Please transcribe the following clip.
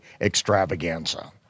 extravaganza